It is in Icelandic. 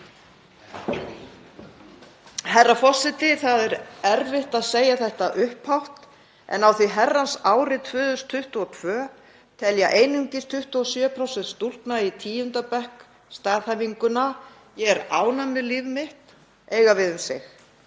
Herra forseti. Það er erfitt að segja þetta upphátt en á því herrans ári 2022 telja einungis 27% stúlkna í 10. bekk staðhæfinguna „ég er ánægð með líf mitt“ eiga við um sig.